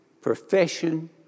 profession